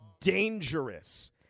dangerous